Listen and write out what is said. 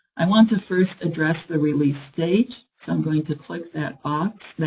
i want to first address the release date, so i'm going to click that option,